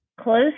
Close